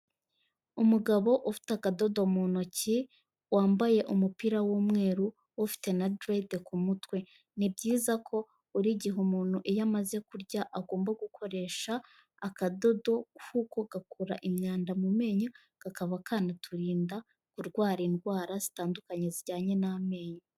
Umugabo ufite akadodo mu ntoki wambaye umupira w'umweru ufite na derede ku mutwe, ni byiza ko buri gihe umuntu iyo amaze kurya agomba gukoresha akadodo kuko gakura imyanda mu menyo, kakaba kanaturinda kurwara indwara zitandukanye zijyanye n'amenyo.